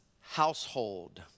household